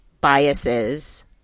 biases